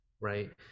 right